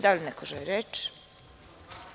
Da li neko želi reč?